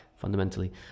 Fundamentally